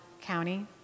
county